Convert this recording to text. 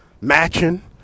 matching